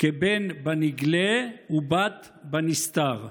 כבן בנגלה ובת בנסתר.